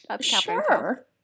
Sure